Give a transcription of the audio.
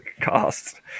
cost